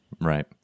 right